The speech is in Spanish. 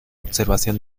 observación